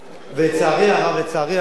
לצערי הרב,